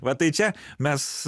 va tai čia mes